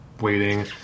waiting